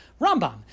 Rambam